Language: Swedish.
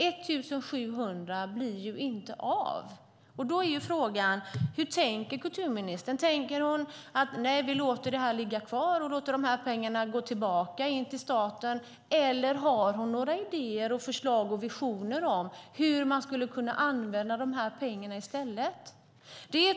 1 700 blir inte av. Då är frågan: Hur tänker kulturministern? Tänker hon att man ska låta det här ligga kvar och låta pengarna gå tillbaka in till staten? Eller har hon några idéer, förslag och visioner om hur man skulle kunna använda pengarna i stället?